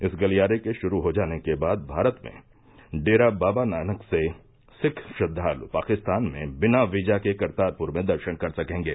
इस गलियारे के शुरू हो जाने के बाद भारत में डेरा बाबा नानक से सिख श्रद्दालु पाकिस्तान में बिना वीजा के करतारपुर में दर्शन कर सकेंगे